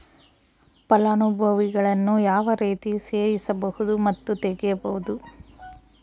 ಫಲಾನುಭವಿಗಳನ್ನು ಯಾವ ರೇತಿ ಸೇರಿಸಬಹುದು ಮತ್ತು ತೆಗೆಯಬಹುದು?